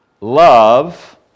love